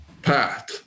Path